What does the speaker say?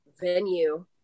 venue